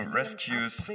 rescues